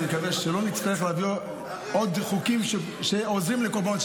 אני מקווה שלא נצטרך להביא עוד חוקים שעוזרים לקורבנות.